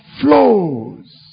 flows